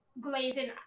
glazing